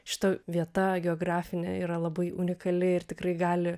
šita vieta geografinė yra labai unikali ir tikrai gali